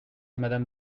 madame